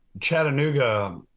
Chattanooga